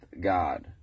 God